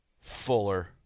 Fuller